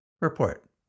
Report